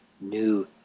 new